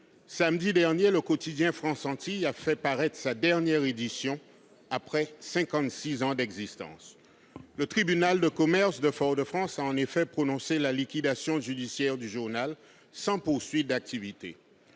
Samedi dernier, le quotidien a fait paraître sa dernière édition, après cinquante-six ans d'existence. Le tribunal de commerce de Fort-de-France a en effet prononcé la liquidation judiciaire du journal sans poursuite d'activité.